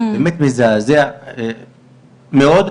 זה באמת מזעזע מאוד.